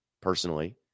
personally